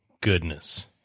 goodness